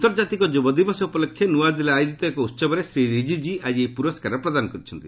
ଆନ୍ତର୍ଜାତିକ ଯୁବ ଦିବସ ଉପଲକ୍ଷେ ନ୍ତଆଦିଲ୍ଲୀରେ ଆୟୋଜିତ ଏକ ଉହବରେ ଶ୍ରୀ ରିଜିଜୁ ଆଜି ଏହି ପୁରସ୍କାର ପ୍ରଦାନ କରିଛନ୍ତି